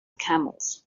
camels